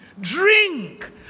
Drink